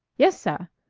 yes, sa.